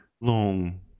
long